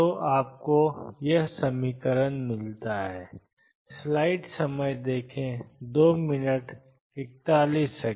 तो आपको middx ndx मिलता है